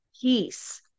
peace